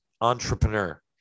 entrepreneur